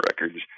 records